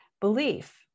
belief